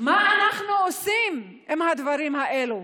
מה אנחנו עושים עם הדברים האלה?